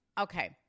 Okay